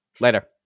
Later